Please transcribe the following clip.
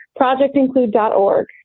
Projectinclude.org